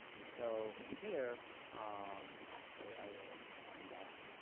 so in here um and actually i will undock